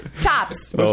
tops